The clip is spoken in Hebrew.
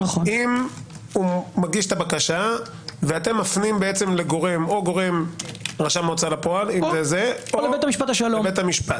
אם מגיש את הבקשה ואתם מפנים - או גורם רשם הוצאה לפועל או לבית המשפט.